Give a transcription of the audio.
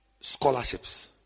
scholarships